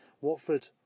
Watford